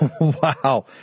Wow